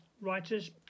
writers